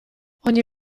ogni